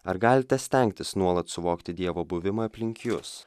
ar galite stengtis nuolat suvokti dievo buvimą aplink jus